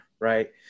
right